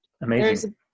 Amazing